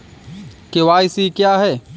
KYC क्या है?